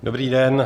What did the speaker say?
Dobrý den.